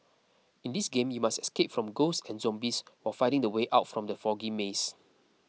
in this game you must escape from ghosts and zombies while finding the way out from the foggy maze